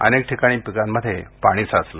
अनेक ठिकाणी पिकांमध्ये पाणी साचले